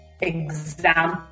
example